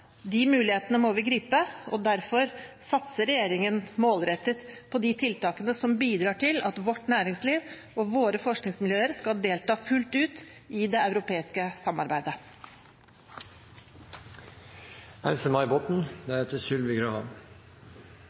De mulighetene må vi gripe, og derfor satser regjeringen målrettet på de tiltakene som bidrar til at vårt næringsliv og våre forskningsmiljøer skal delta fullt ut i det europeiske samarbeidet.